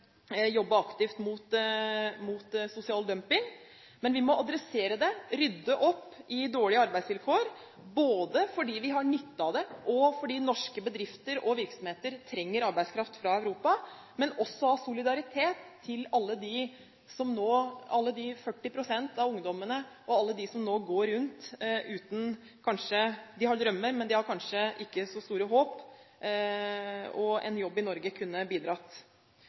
jobbe aktivt mot sosial dumping. Vi må adressere det og rydde opp i dårlige arbeidsvilkår, både fordi vi har nytte av det, og fordi norske bedrifter og virksomheter trenger arbeidskraft fra Europa, og av solidaritet med alle de 40 pst. av ungdommene og alle dem som nå går rundt med drømmer, men kanskje ikke så store håp. En jobb i Norge kunne bidratt.